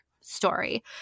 story